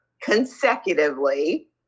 consecutively